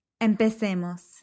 ¡Empecemos